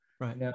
Right